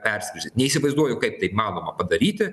perskirstyt neįsivaizduoju kaip tai įmanoma padaryti